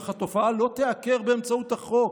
אך התופעה לא תיעקר באמצעות החוק".